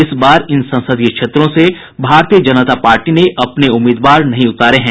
इस बार इन संसदीय क्षेत्रों से भारतीय जनता पार्टी ने अपने उम्मीदवार नहीं उतारे हैं